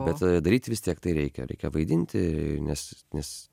bet tai daryti vis tiek tai reikia reikia vaidinti nes nes